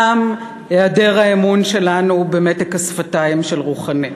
גם היעדר האמון שלנו במתק השפתיים של רוחאני,